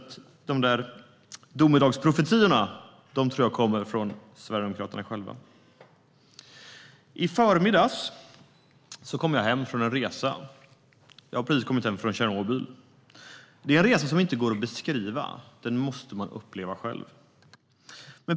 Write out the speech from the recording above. Domedagsprofetiorna kommer nog från Sverigedemokraterna själva. I förmiddags kom jag hem från en resa till Tjernobyl. Det är en resa som inte går att beskriva; den måste man uppleva själv.